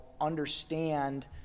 understand